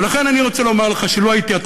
ולכן אני רוצה לומר לך שלו הייתי אתה,